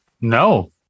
No